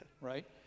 right